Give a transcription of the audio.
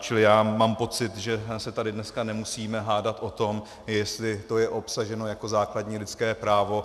Čili já mám pocit, že se tady dneska nemusíme hádat o tom, jestli to je obsaženo jako základní lidské právo.